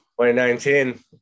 2019